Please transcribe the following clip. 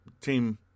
team